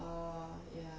orh ya